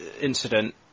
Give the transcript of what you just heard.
incident